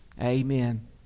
Amen